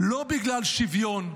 לא בגלל שוויון,